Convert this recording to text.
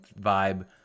vibe